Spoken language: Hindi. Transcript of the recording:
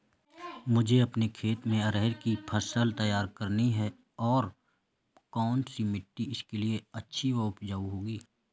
मुझे अपने खेत में अरहर की फसल तैयार करनी है और कौन सी मिट्टी इसके लिए अच्छी व उपजाऊ होगी?